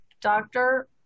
Doctor